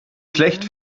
schlecht